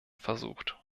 versucht